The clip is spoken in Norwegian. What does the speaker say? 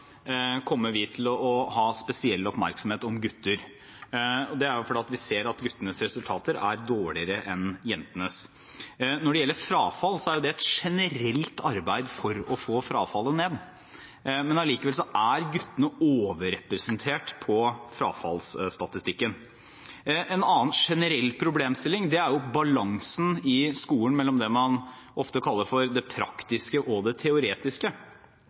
kommer vi til å ha spesiell oppmerksomhet om gutter. Det er fordi vi ser at guttenes resultater er dårligere enn jentenes. Når det gjelder frafall, er det et generelt arbeid å få frafallet ned. Men allikevel er guttene overrepresentert på frafallsstatistikken. En annen generell problemstilling er balansen i skolen mellom det man ofte kaller for det praktiske og det teoretiske.